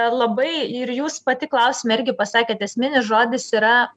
labai ir jūs pati klausime irgi pasakėt esminis žodis yra